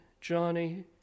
Johnny